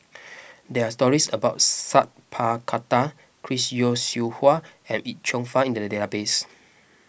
there are stories about Sat Pal Khattar Chris Yeo Siew Hua and Yip Cheong Fun in the database